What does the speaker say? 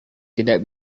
tidak